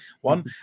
one